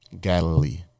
Galilee